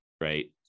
right